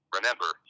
Remember